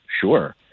Sure